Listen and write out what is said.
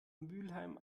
mülheim